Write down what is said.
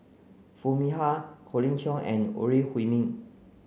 Foo Mee Har Colin Cheong and Ore Huiying